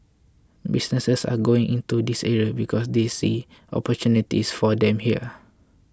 businesses are going into this area because they see opportunities for them here